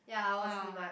ah